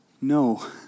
No